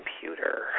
computer